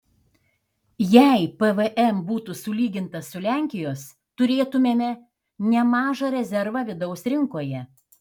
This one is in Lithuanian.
jei pvm būtų sulygintas su lenkijos turėtumėme nemažą rezervą vidaus rinkoje